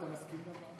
לוועדה.